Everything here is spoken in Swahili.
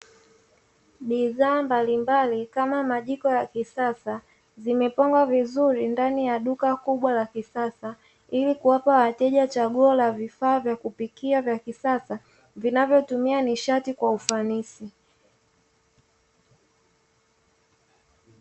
Bidhaa mbalimbali kama majiko ya kisasa zimepangwa vizuri ndani ya duka kubwa la kisasa, ili kuwapa wateja chaguo la vifaa vya kupikia vya kisasa vinavyotumia nishati kwa ufanisi.